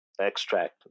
extract